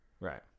Right